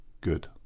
good